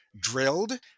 Drilled